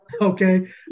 Okay